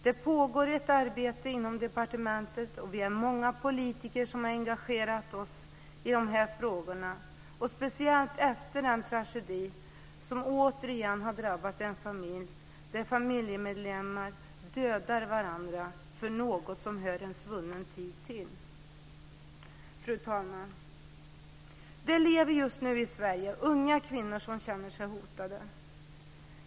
Det pågår ett arbete inom departementet, och vi är många politiker som har engagerat oss i de här frågorna, speciellt efter den tragedi som återigen har drabbat en familj, där en familjemedlem dödade en annan för något som hör en svunnen tid till. Fru talman! Just nu i Sverige lever unga kvinnor som känner sig hotade.